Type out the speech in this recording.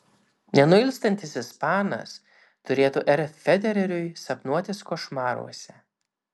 nenuilstantis ispanas turėtų r federeriui sapnuotis košmaruose